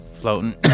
Floating